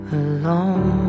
alone